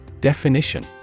Definition